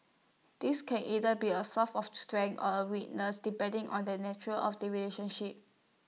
this can either be A source of strength or A weakness depending on the nature of the relationship